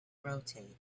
rotate